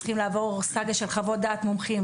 צריכים לעבור סאגה של חוות דעת מומחים,